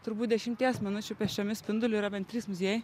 turbūt dešimties minučių pėsčiomis spinduliu yra bent trys muziejai